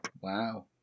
Wow